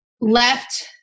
left